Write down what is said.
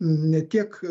ne tiek